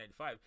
1995